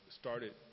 started